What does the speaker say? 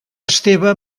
esteve